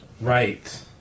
Right